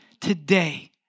today